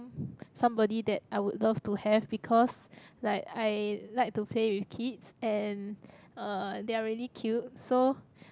somebody that I would love to have because like I like to play with kids and uh they are really cute so